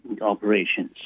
operations